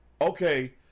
okay